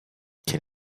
can